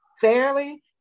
fairly